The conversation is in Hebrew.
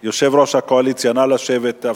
אני מתכבד להודיע לכנסת כי הממשלה החליטה כדלקמן: א.